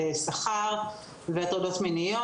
שכר והטרדות מיניות.